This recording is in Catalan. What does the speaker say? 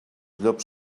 llops